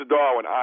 Darwin